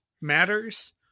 matters